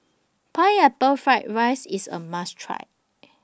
Pineapple Fried Rice IS A must Try